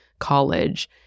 college